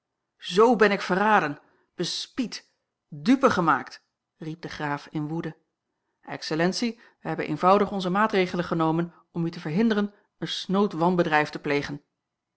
zoo ben ik verraden bespied dupe gemaakt riep de graaf in woede excellentie wij hebben eenvoudig onze maatregelen genomen om u te verhinderen een snood wanbedrijf te plegen